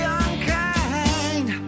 unkind